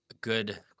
good